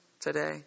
today